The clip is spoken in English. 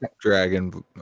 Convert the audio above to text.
dragon